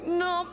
no